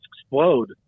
explode